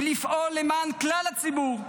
ולפעול למען כלל הציבור,